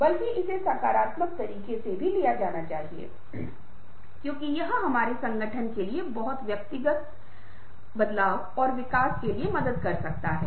इसलिए उम्मीद है कि आप हमसे कुछ सीख रहे हैं हम भी आपसे बहुत कुछ सीख रहे हैं